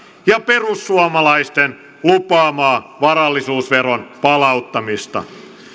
ja perussuomalaisten lupaamaa varallisuusveron palauttamista